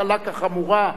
קלה כחמורה,